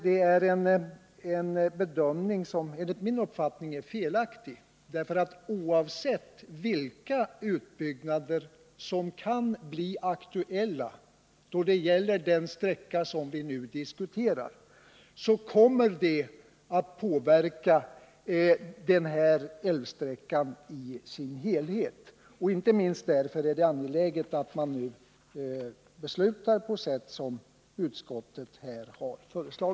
Det är en bedömning som enligt min uppfattning är felaktig. Oavsett vilka utbyggnader som kan bli aktuella då det gäller den sträcka vi nu diskuterar kommer de att påverka älvsträckan i dess helhet. Inte minst därför är det angeläget att man nu beslutar i enlighet med utskottets förslag.